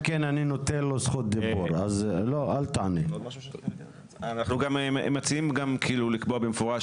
אנחנו גם מציעים לקבוע במפורש